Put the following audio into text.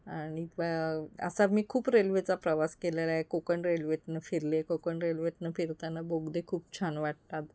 आणि असा मी खूप रेल्वेचा प्रवास केलेला आहे कोकण रेल्वेतून फिरले आहे कोकण रेल्वेतून फिरताना बोगदे खूप छान वाटतात